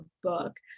book